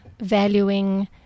valuing